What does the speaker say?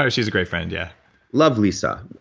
ah she's a great friend yeah love lisa.